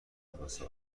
واسه